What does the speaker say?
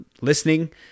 listening